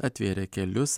atvėrė kelius